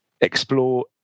Explore